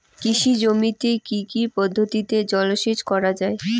কৃষি জমিতে কি কি পদ্ধতিতে জলসেচ করা য়ায়?